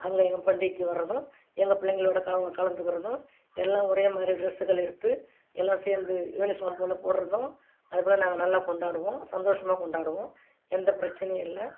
அவங்க எங்கள் பண்டிகைக்கு வர்றதும் எங்கள் பிள்ளைங்களோட காவில் கலந்துக்கிறதும் எல்லாம் ஒரே மாதிரி ட்ரெஸ்ஸுகள் எடுத்து எல்லாம் சேர்ந்து யூனிஃபார்ம் போல போடுறதும் அதுபோல நாங்கள் நல்லா கொண்டாடுவோம் சந்தோஷமாக கொண்டாடுவோம் எந்த பிரச்சினையும் இல்லை